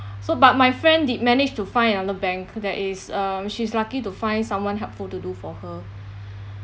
so but my friend did manage to find another bank that is uh she's lucky to find someone helpful to do for her